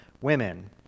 women